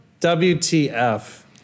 WTF